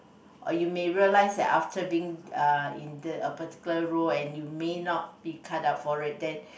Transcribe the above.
or you may realise that after being uh in the a particular role and you may not be cut out for it then